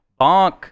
Bonk